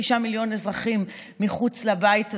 תשעה מיליון אזרחים מחוץ לבית הזה,